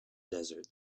desert